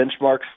benchmarks